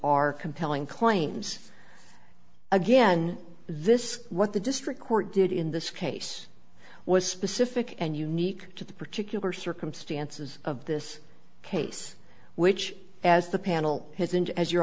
are compelling claims again this what the district court did in this case was specific and unique to the particular circumstances of this case which as the panel has and as your